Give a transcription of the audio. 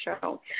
show